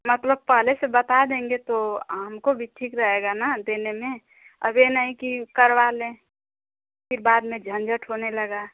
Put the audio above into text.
मतलब पहले से बता देंगे तो हमको भी ठीक रहेगा ना देने में अब यह नहीं कि करवा लें फिर बाद में झंझट होने लगा